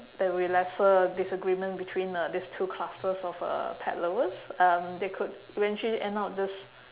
there will lesser disagreements between uh these two clusters of uh pet lovers and they could eventually end up just